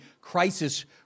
crisis